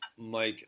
Mike